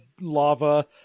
lava